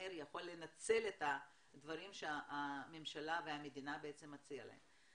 מהר יוכל לנצל את הדברים שהממשלה והמדינה בעצם מציעים להם.